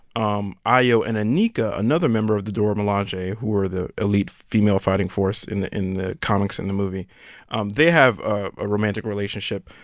um ayo and aneka another member of the dora milaje, who who were the elite female fighting force in the in the comics and the movie um they have a romantic relationship,